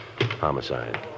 Homicide